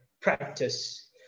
practice